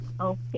Okay